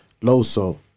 Loso